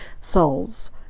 souls